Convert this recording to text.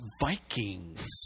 Vikings